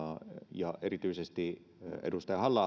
ja erityisesti edustaja halla